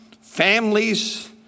families